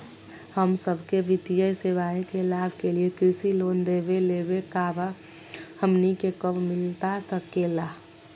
हम सबके वित्तीय सेवाएं के लाभ के लिए कृषि लोन देवे लेवे का बा, हमनी के कब मिलता सके ला?